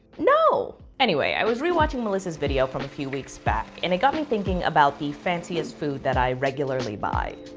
no. anyway, i was rewatching melissa's video from a few weeks back and it got me thinking about the fanciest food that i regularly buy,